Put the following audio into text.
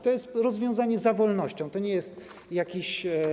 To jest rozwiązanie za wolnością, to nie jest jakiś.